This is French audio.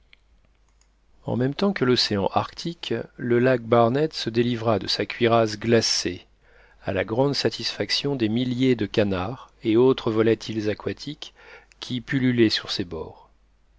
en même temps que l'océan arctique le lac barnett se délivra de sa cuirasse glacée à la grande satisfaction des milliers de canards et autres volatiles aquatiques qui pullulaient sur ses bords